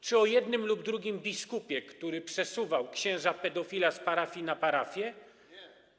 Czy o jednym lub drugim biskupie, który przesuwał księdza pedofila z parafii do parafii?